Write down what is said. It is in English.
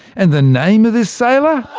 and the name of this sailor?